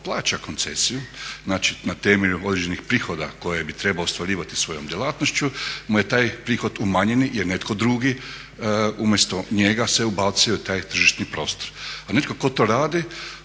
plaća koncesiju, znači na temelju određenih prihoda koje bi trebao ostvarivati svojom djelatnošću mu je taj prihod umanjeni jer netko drugi umjesto njega se ubacio u taj tržišni prostor. A netko tko to radi